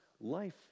life